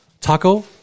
taco